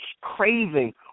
craving